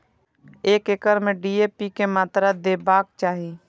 एक एकड़ में डी.ए.पी के मात्रा देबाक चाही?